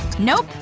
nope,